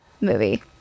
movie